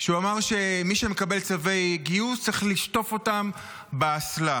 שהוא אמר שמי שמקבל צווי גיוס צריך לשטוף אותם באסלה.